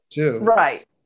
Right